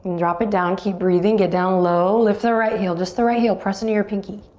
and drop it down. keep breathing, get down low. lift the right heel, just the right heel. press into your pinky.